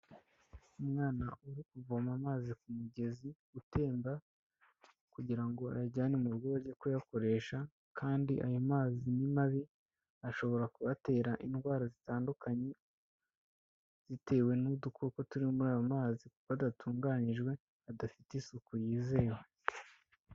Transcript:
Umwana uri kuvoma amazi ku mugezi utemba kugira ngo ayajyane mu rugo baze kuyakoresha kandi aya mazi ni mabi, ashobora kubatera indwara zitandukanye bitewe n'udukoko turi muri ayo mazi kuko adatunganyijwe, adafite isuku yizewe.